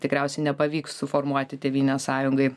tikriausiai nepavyks suformuoti tėvynės sąjungai